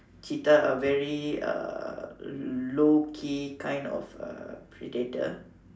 cheetah are very uh low key kind of uh predator